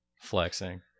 flexing